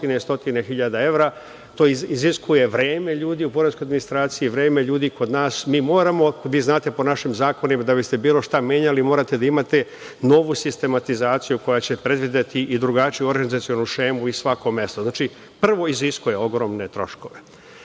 hiljada evra, to iziskuje vreme ljudi u poreskoj administraciji, vreme ljudi kod nas, mi moramo, a vi znate po našim zakonima da biste bilo šta menjali, morate da imate novu sistematizaciju koja će predvideti i drugačiju organizacionu šemu i svako mesto. Znači, prvo iziskuje ogromne troškove. Drugo,